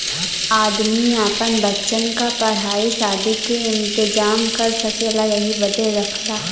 आदमी आपन बच्चन क पढ़ाई सादी के इम्तेजाम कर सकेला यही बदे रखला